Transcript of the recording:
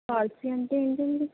policy అంటే ఏంటండీ